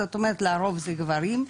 זאת אומרת לרוב זה גברים,